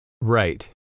Right